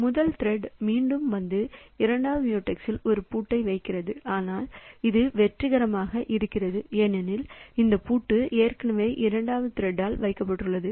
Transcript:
முதல் திரெட் மீண்டும் வந்து இரண்டாவது மியூடெக்ஸில் ஒரு பூட்டை வைக்க முயற்சிக்கிறது ஆனால் அது வெற்றிகரமாக இருக்காது ஏனெனில் இந்த பூட்டு ஏற்கனவே இரண்டாவது திரெட்ல் வைக்கப்பட்டுள்ளது